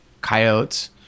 coyotes